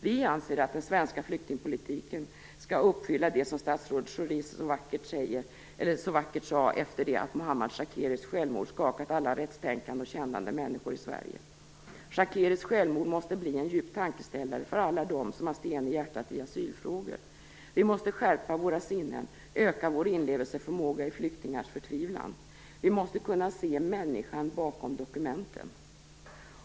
Vi anser att den svenska flyktingpolitiken skall uppfylla det som statsrådet Schori så vackert sade efter det att Mohammad Shakeris självmord hade skakat alla rättstänkande och kännande människor i Sverige: "Shakeris självmord måste bli en djup tankeställare för alla dem som har sten i hjärtat i asylfrågor. Vi måste skärpa våra sinnen, öka vår inlevelseförmåga i flyktingars förtvivlan. Vi måste kunna se människan bakom dokumentet."